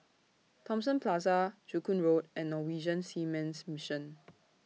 Thomson Plaza Joo Koon Road and Norwegian Seamen's Mission